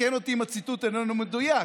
תתקן אותי אם הציטוט איננו מדויק: